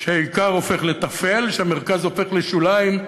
והעיקר הופך לטפל, והמרכז הופך לשוליים,